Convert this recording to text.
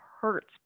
hurts